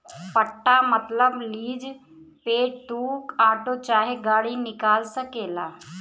पट्टा मतबल लीज पे तू आटो चाहे गाड़ी निकाल सकेला